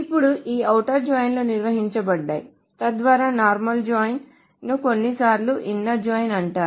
ఇప్పుడు ఈ outer join లు నిర్వచించబడ్డాయి తద్వారా నార్మల్ జాయిన్ ను కొన్నిసార్లు ఇన్నర్ జాయిన్ అంటారు